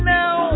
now